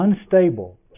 unstable